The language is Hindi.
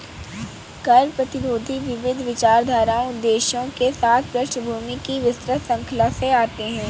कर प्रतिरोधी विविध विचारधाराओं उद्देश्यों के साथ पृष्ठभूमि की विस्तृत श्रृंखला से आते है